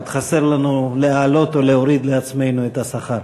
עוד חסר לנו להעלות או להוריד לעצמנו את השכר.